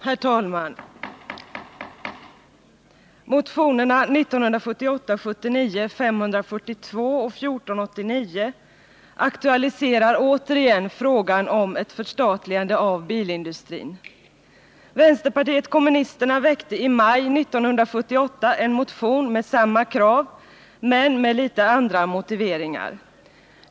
Herr talman! Motionerna 1978/79:542 och 1489 aktualiserar återigen frågan om ett förstatligande av bilindustrin. Vänsterpartiet kommunisterna väckte i maj 1978 en motion med samma krav, men med litet andra motiveringar.